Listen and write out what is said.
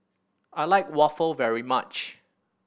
I like waffle very much